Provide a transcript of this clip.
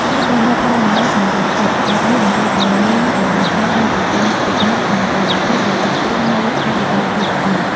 ការប្រមូលផ្ដុំអំណាចសម្រេចចិត្តបែបនេះ បង្កើតឱ្យមានកង្វះខាតនូវប្រព័ន្ធ "ពិនិត្យ និងតុល្យភាព" ដែលជាគ្រឹះនៃអភិបាលកិច្ចល្អ។